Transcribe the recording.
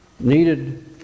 needed